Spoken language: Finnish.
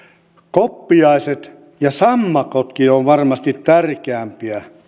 koppiaiset ja sammakotkin ovat varmasti tärkeämpiä